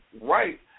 right